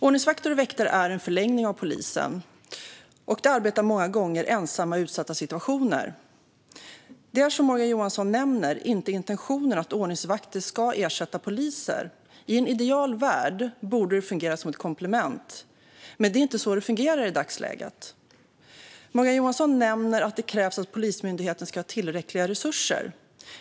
Ordningsvakter och väktare är en förlängning av polisen, och de arbetar många gånger ensamma i utsatta situationer. Intentionen är, som Morgan Johansson nämner, inte att ordningsvakter ska ersätta poliser. I en ideal värld borde de fungera som ett komplement. Men det fungerar inte på det sättet i dagsläget. Morgan Johansson nämner att det krävs att Polismyndigheten har tillräckliga resurser.